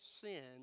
sin